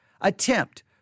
attempt